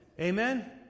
Amen